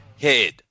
head